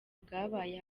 bwabaye